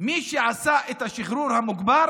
מי שעשה את השחרור המוגבר